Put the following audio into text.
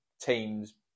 teams